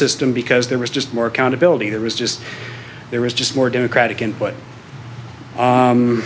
system because there was just more accountability there was just there was just more democratic